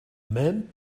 mend